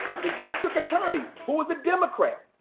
the district attorney, who is a democrat,